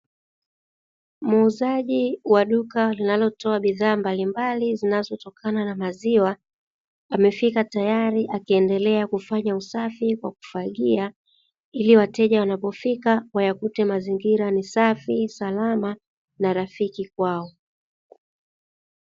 Muuzaji wa duka linalotoa bidhaa mbalimbali zinazotokana na maziwa, amefika tayari akiendelea kufanya usafi kwa kufagia, ili wateja wanapofika wakute mazingira ni safi, salama na rafiki kwao.